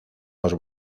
los